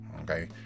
okay